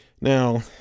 Now